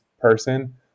person